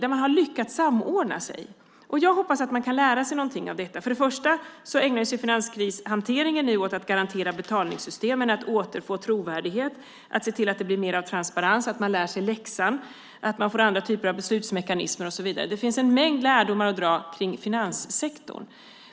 Där har man lyckats samordna. Jag hoppas att man kan lära sig någonting av detta. I finanskrishanteringen ägnar man sig nu åt att garantera betalningssystemen och återfå trovärdighet, att se till att det blir mer av transparens. Det är viktigt att lära sig läxan, att få andra typer av beslutsmekanismer och så vidare. Det finns en mängd lärdomar att dra från finanssektorn.